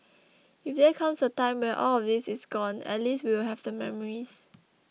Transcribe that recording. if there comes a time when all of this is gone at least we will have the memories